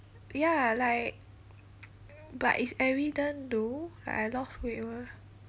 ya like but it's evident though like I lost weight [what]